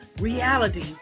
reality